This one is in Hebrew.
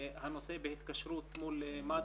הנושא בהתקשרות מול מד"א.